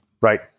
Right